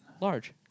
Large